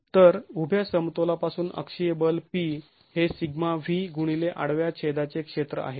तर उभ्या समतोलापासून अक्षीय बल P हे σv गुणिले आडव्या छेदाचे क्षेत्र आहे